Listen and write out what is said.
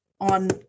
on